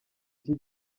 iki